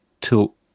tilt